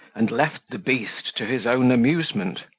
and left the beast to his own amusement,